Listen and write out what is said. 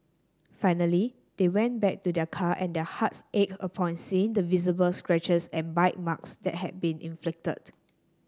finally they went back to their car and their hearts ached upon seeing the visible scratches and bite marks that had been inflicted